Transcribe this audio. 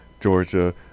georgia